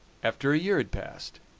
after a year had passed,